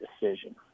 decision